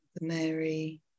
Mary